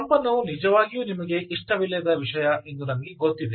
ಕಂಪನವು ನಿಜವಾಗಿಯೂ ನಿಮಗೆ ಇಷ್ಟವಿಲ್ಲದ ವಿಷಯ ಎಂದು ನನಗೆ ಗೊತ್ತಿದೆ